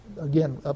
again